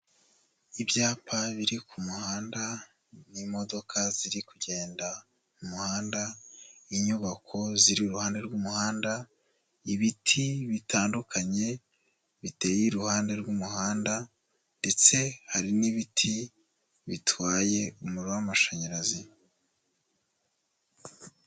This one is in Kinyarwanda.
Ibyapa biri ku muhanda n'imodoka ziri kugenda mu muhanda. Inyubako ziri iruhande rw'umuhanda, ibiti bitandukanye biteye iruhande rw'umuhanda ndetse hari n'ibiti bitwaye umuriro w'amashanyarazi.